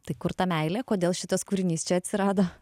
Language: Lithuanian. tai kur ta meilė kodėl šitas kūrinys čia atsirado